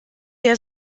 der